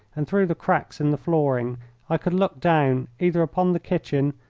and through the cracks in the flooring i could look down either upon the kitchen,